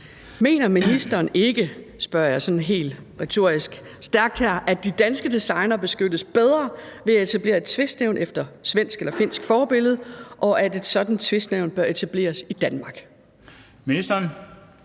Mener ministeren ikke, at de danske designere beskyttes bedre ved at etablere et tvistnævn efter svensk/finsk forbillede, og at et sådant tvistnævn bør etableres i Danmark? Den